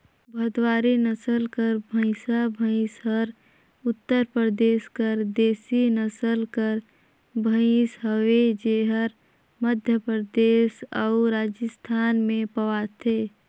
भदवारी नसल कर भंइसा भंइस हर उत्तर परदेस कर देसी नसल कर भंइस हवे जेहर मध्यपरदेस अउ राजिस्थान में पवाथे